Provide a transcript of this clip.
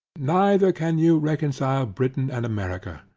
neither can ye reconcile britain and america.